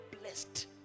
blessed